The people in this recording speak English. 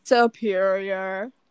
Superior